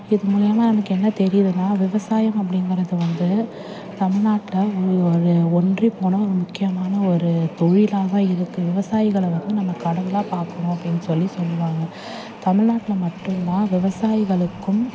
இது மூலிமா எனக்கு என்ன தெரியுதுன்னா விவசாயம் அப்படிங்கறது வந்து தமிழ்நாட்ட ஒரு ஒரு ஒன்றிப்போன ஒரு முக்கியமான ஒரு தொழிலாகதான் இருக்குது விவசாயிகளை வந்து நம்ம கடவுளாக பார்க்கறோம் அப்படின் சொல்லி சொல்லுவாங்க தமிழ்நாட்ல மட்டும்தான் விவசாயிகளுக்கும்